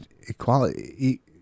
equality